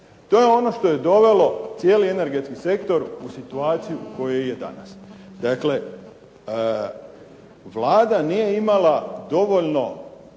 To je ono što je dovelo cijeli energetski sektor u situaciju u kojoj je danas, dakle Vlada nije imala dovoljno